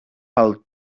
pel